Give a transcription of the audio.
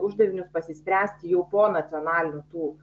uždavinius pasispręsti jau po nacionalinių tų